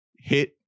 hit